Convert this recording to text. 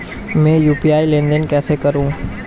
मैं यू.पी.आई लेनदेन कैसे करूँ?